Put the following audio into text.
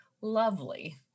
lovely